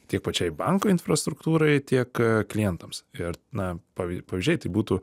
tiek pačiai bankų infrastruktūrai tiek klientams ir napa pavyzdžiai tai būtų